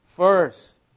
First